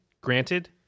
granted